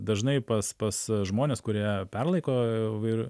dažnai pas pas žmones kurie perlaiko ir